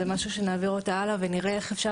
זה משהו שנעביר אותו הלאה ונראה איך אפשר